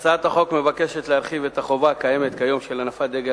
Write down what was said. הצעת החוק מבקשת להרחיב את החובה הקיימת היום של הנפת דגל